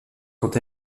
quant